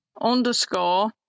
underscore